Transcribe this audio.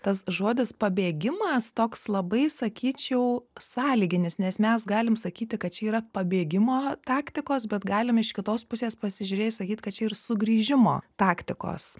tas žodis pabėgimas toks labai sakyčiau sąlyginis nes mes galim sakyti kad čia yra pabėgimo taktikos bet galim iš kitos pusės pasižiūrėjus sakyt kad čia ir sugrįžimo taktikos